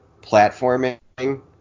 platforming